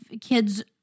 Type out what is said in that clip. kids